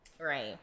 Right